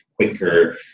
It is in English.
quicker